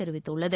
தெரிவித்துள்ளது